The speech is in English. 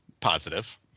positive